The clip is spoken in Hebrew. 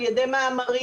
על ידי מאמרים,